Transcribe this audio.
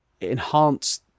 enhance